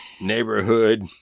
neighborhood